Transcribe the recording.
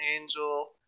Angel